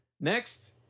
Next